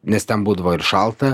nes ten būdavo ir šalta